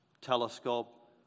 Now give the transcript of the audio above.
telescope